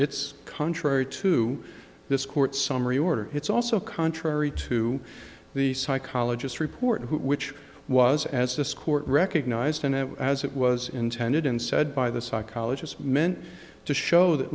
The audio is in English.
it's contrary to this court summary order it's also contrary to the psychologist report which was as this court recognized in it as it was intended and said by the psychologist meant to show that